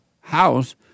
house